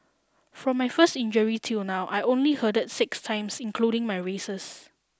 from my first injury till now I only hurdled six times including my races